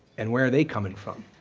and where are they coming from.